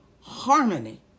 harmony